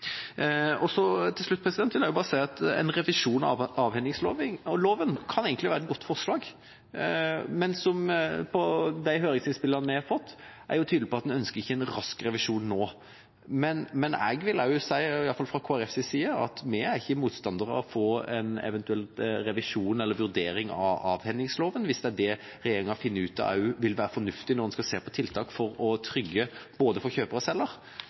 Til slutt vil jeg bare si at en revisjon av avhendingsloven kan egentlig være et godt forslag, men de høringsinnspillene vi har fått, er jo tydelige på at en ikke ønsker en rask revisjon nå. Men jeg vil også si at vi fra Kristelig Folkepartis side ikke er motstandere av å få en eventuell revisjon, eller vurdering, av avhendingsloven hvis det er det regjeringa finner ut vil være fornuftig når en skal se på tiltak for å trygge bolighandel både for kjøper og selger